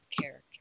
character